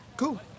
Cool